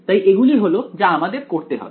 তাই এগুলি হল যা আমাদের করতে হবে